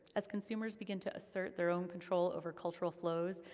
as consumers begin to assert their own control over cultural flows,